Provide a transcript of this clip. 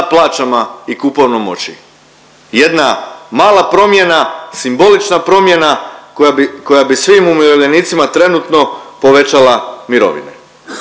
plaćama i kupovnom moći. Jedna mala promjena, simbolična promjena koja bi svim umirovljenicima trenutno povećala mirovine.